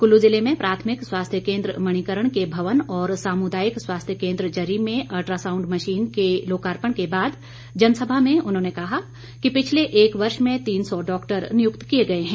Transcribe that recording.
कुल्लू जिले में प्राथमिक स्वास्थ्य केंद्र मणिकर्ण के भवन और सामुदायिक स्वास्थ्य केंद्र जरी में अल्ट्रासाउंड मशीन के लोकार्पण के बाद जनसभा में उन्होंने कहा कि पिछले एक वर्ष में तीन सौ डॉक्टर नियुक्त किए गए हैं